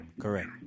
Correct